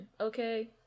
Okay